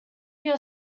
your